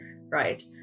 right